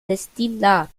destillat